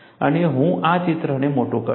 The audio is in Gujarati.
અને હું આ ચિત્રને મોટું કરીશ